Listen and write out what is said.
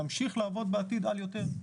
נמשיך לעבוד בעתיד על יותר.